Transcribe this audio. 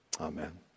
Amen